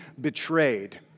betrayed